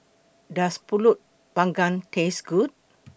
Does Pulut Panggang Taste Good